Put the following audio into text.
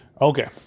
Okay